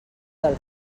del